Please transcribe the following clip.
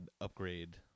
upgrade